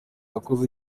wakoze